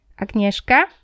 agnieszka